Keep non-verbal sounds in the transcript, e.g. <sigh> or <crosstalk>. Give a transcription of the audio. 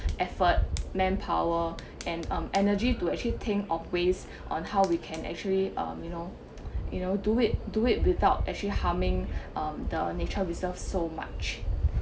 effort manpower and um energy to actually think of ways on how we can actually um you know you know do it do it without actually harming <breath> um the nature reserve so much